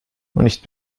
nicht